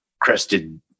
crested